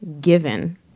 given